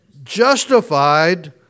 justified